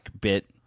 bit